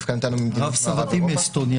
דווקא נתנו ממדינות מערב אירופה --- רב סבתי מאסטוניה,